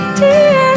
dear